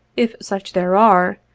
if such there are,